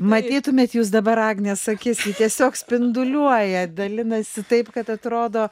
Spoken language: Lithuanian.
matytumėt jūs dabar agnės akis tiesiog spinduliuoja dalinasi taip kad atrodo